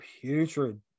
putrid